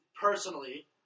personally